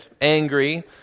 angry